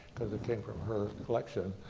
because it came from her collection,